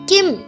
Kim